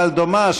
אבל דומה,